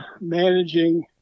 managing